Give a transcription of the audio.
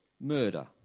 murder